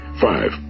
Five